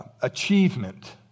achievement